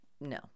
No